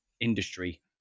industry